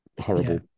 horrible